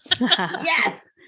Yes